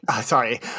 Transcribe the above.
sorry